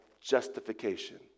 justification